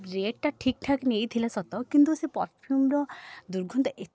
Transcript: ରେଟ୍ଟା ଠିକ୍ଠାକ୍ ନେଇଥିଲା ସତ କିନ୍ତୁ ସେ ପରଫ୍ୟୁମ୍ର ଦୁର୍ଗନ୍ଧ ଏ